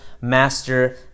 master